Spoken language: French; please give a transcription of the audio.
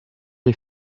les